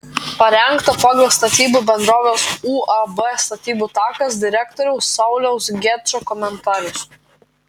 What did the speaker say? parengta pagal statybų bendrovės uab statybų takas direktoriaus sauliaus gečo komentarus